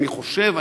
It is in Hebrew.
אני חושב,